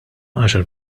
għaxar